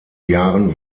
jahren